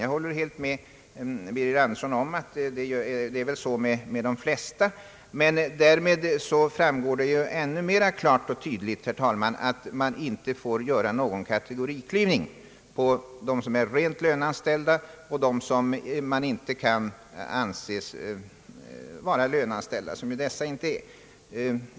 Jag håller helt med herr Birger Andersson om att det väl är så med de flesta, men därmed står det ännu mera klart att man inte får göra någon kategoriklyvning mellan löneanställda och sådana som inte kan anses vara löneanställda. Herr talman!